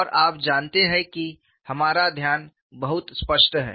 और आप जानते हैं कि हमारा ध्यान बहुत स्पष्ट है